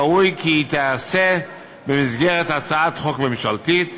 ראוי כי היא תיעשה במסגרת הצעת חוק ממשלתית,